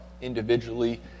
individually